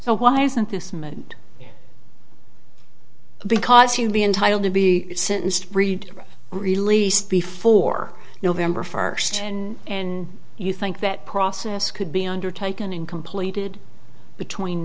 so why isn't this moment because you'd be entitled to be sentenced read released before november first and you think that process could be undertaken in completed between